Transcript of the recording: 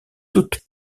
toute